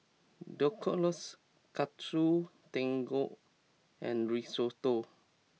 Dhokla Katsu Tendon and Risotto